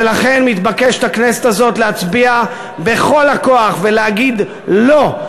ולכן מתבקשת הכנסת הזאת להצביע בכל הכוח ולהגיד: לא.